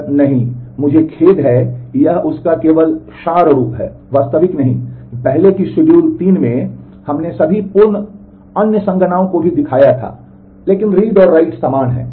sir नहीं मुझे खेद है कि यह उस का केवल सार रूप है वास्तविक नहीं क्योंकि पहले की शिड्यूल 3 में हमने सभी पूर्ण अन्य संगणनाओं को भी दिखाया था लेकिन read और write समान है